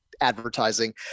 advertising